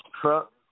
truck